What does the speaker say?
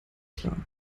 klar